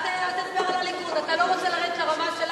אני לא מוכן לרדת לרמה שלך,